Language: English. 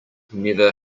never